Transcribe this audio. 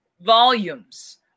volumes